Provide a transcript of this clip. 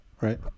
Right